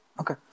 Okay